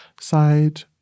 side